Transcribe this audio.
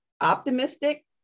optimistic